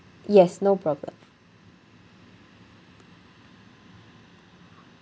yes no problem